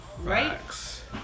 Right